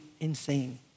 insane